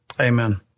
Amen